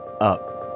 up